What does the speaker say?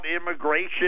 immigration